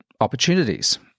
opportunities